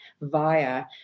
via